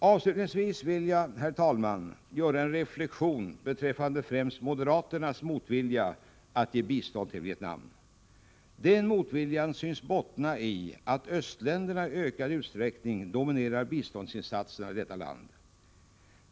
Avslutningsvis vill jag, herr talman, göra en reflexion beträffande främst moderaternas motvilja att ge bistånd till Vietnam. Den motviljan synes bottna i att östländerna i ökad utsträckning dominerar biståndsinsatserna i detta land.